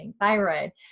thyroid